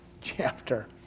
chapter